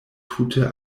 tute